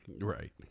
Right